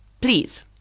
Please